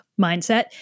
Mindset